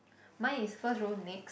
mine is first row next